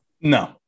no